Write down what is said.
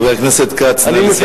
חבר הכנסת כץ, נא לסיים.